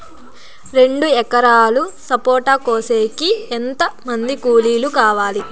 రెండు ఎకరాలు సపోట కోసేకి ఎంత మంది కూలీలు కావాలి?